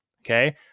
Okay